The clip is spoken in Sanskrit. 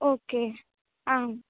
ओके आम्